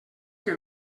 que